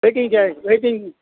waiting charge waiting